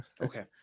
Okay